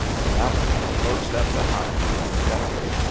the vassals closed up behind young geoffrey,